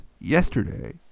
Yesterday